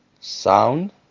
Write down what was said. Sound